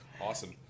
Awesome